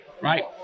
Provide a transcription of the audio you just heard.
right